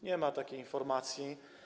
Nie ma takiej informacji.